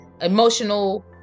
emotional